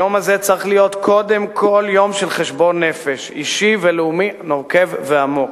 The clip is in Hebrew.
היום הזה צריך להיות קודם כול יום של חשבון נפש אישי ולאומי נוקב ועמוק.